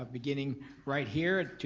ah beginning right here,